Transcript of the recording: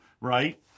right